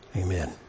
Amen